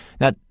Now